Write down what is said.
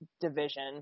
division